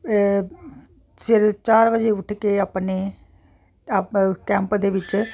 ਸਵੇਰੇ ਚਾਰ ਵਜੇ ਉੱਠ ਕੇ ਆਪਣੇ ਆਪ ਕੈਂਪ ਦੇ ਵਿੱਚ